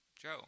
Joe